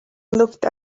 looked